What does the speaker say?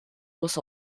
muss